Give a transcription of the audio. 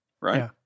right